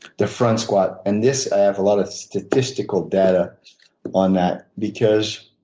the front squat. and this, i have a lot of statistical data on that. because